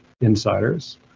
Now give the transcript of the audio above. insiders